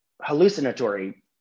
hallucinatory